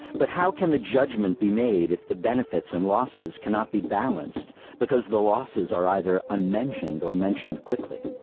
but how can the judgment be made if the benefits and losses cannot be balanced because the losses are either unmentioned or mentioned quickly?